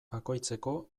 bakoitzeko